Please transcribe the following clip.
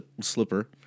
Slipper